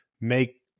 make